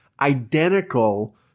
identical